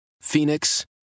Phoenix